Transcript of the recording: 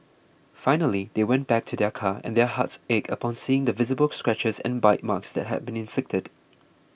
finally they went back to their car and their hearts ached upon seeing the visible scratches and bite marks that had been inflicted